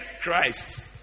Christ